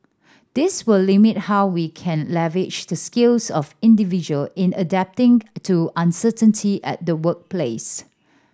this will limit how we can leverage the skills of individual in adapting to uncertainty at the workplace